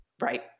Right